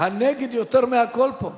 תסקיר עובד סוציאלי),